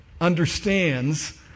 understands